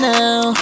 now